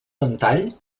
ventall